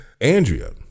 Andrea